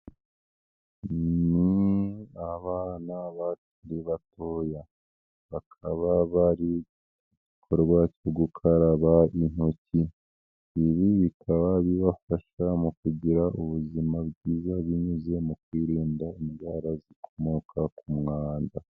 Ni abana bakiri batoya bakaba bari mu gikorwa cyo gukaraba intoki, ibi bikaba bibafasha mu kugira ubuzima bwiza binyuze mu kwirinda indwara zikomoka ku mwanda.